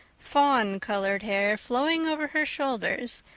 fawn-colored hair flowing over her shoulders,